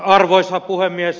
arvoisa puhemies